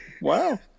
Wow